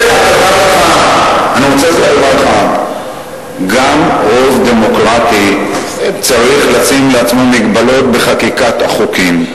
דבר אחד: גם רוב דמוקרטי צריך לשים לעצמו מגבלות בחקיקת החוקים.